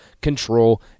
Control